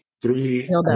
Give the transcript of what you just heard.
Three